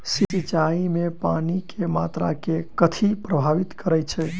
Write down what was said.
सिंचाई मे पानि केँ मात्रा केँ कथी प्रभावित करैत छै?